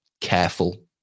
careful